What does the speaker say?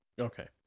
Okay